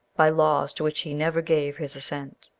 by laws to which he never gave his assent,